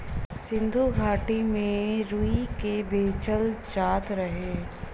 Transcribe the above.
सिन्धु घाटी में रुई के बेचल जात रहे